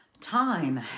time